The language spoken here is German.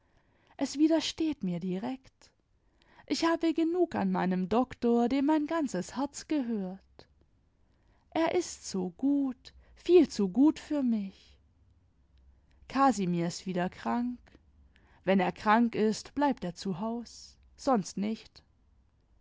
es widersteht mir direkt ich habe genug an meinem doktor dem mein ganzes herz gehört er ist so gut viel zu gut für mich casimir ist wieder krank wenn er krank ist bleibt er zu haus sonst nicht